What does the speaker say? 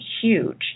huge